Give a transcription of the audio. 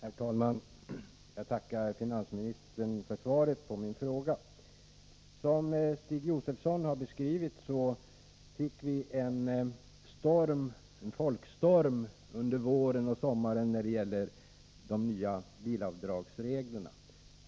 Herr talman! Jag tackar finansministern för svaret på min fråga. Som Stig Josefson har beskrivit fick vi en folkstorm under våren och sommaren då det gäller de nya bilavdragsreglerna.